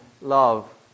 love